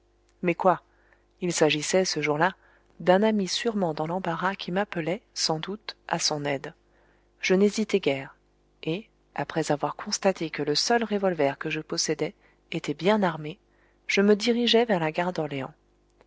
mais quoi il s'agissait ce jour-là d'un ami sûrement dans l'embarras qui m'appelait sans doute à son aide je n'hésitai guère et après avoir constaté que le seul revolver que je possédais était bien armé je me dirigeai vers la gare